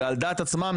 אלא על דעת עצמם,